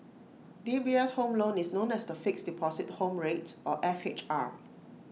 D B S home loan is known as the Fixed Deposit Home Rate or F H R